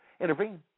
intervene